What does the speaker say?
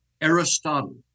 Aristotle